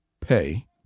pay